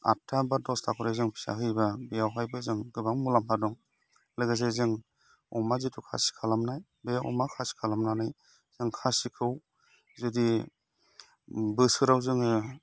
आदथा बा दसथा खरि जों फिसा होयोबा बेयावहायबो जों गोबां मुलाम्फा दं लोगोसेनो जों अमा जिथु खासि खालामनाय बे अमा खासि खालामनानै जों खासिखौ जुदि बोसोराव जोङो